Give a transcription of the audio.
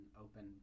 Open